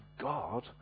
God